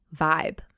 vibe